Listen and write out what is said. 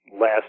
Last